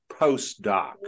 postdoc